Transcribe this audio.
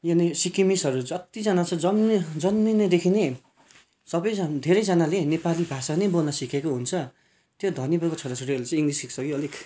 यानि सिक्किमिजहरू जतिजना छ जम्मै जन्मिँदैदेखि नि सबैजना धेरैजनाले नेपाली भाषा नै बोल्न सिकेको हुन्छ त्यो धनी बाबुको छोराछोरीहरूले चाहिँ इङ्लिस सिक्छ कि अलिक